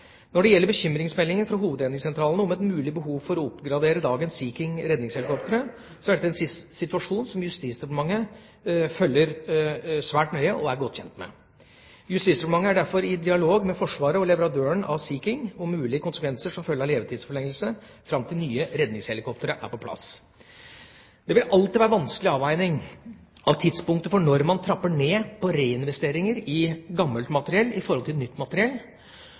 Når det gjelder bekymringsmeldinger fra hovedredningssentralene om et mulig behov for å oppgradere dagens Sea King redningshelikoptre, er dette en situasjon som Justisdepartementet følger svært nøye og er godt kjent med. Justisdepartementet er derfor i dialog med Forsvaret og leverandøren av Sea King om mulige konsekvenser som følge av levetidsforlengelse fram til nye redningshelikoptre er på plass. Det vil alltid være vanskelige avveininger av tidspunktet for når man trapper ned på reinvesteringer i gammelt materiell i forhold til at nytt materiell